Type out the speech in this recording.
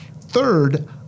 third